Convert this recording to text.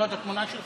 זאת התמונה שלך?